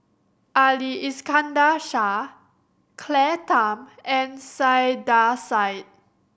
Ali Iskandar Shah Claire Tham and Saiedah Said